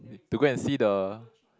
to go and see the